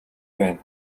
байна